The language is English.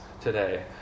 today